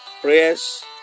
prayers